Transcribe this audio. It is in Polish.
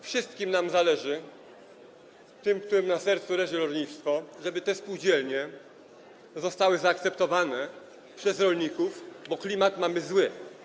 Wszystkim nam zależy, tym, którym na sercu leży rolnictwo, żeby te spółdzielnie zostały zaakceptowane przez rolników, bo klimat mamy zły.